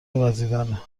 وزیدنه